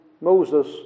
Moses